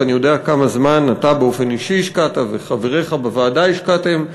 ואני יודע כמה זמן אתה באופן אישי השקעת וחבריך בוועדה השקעתם,